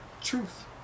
Truth